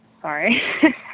sorry